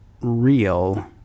real